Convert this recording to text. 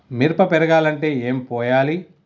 మిరప పెరగాలంటే ఏం పోయాలి?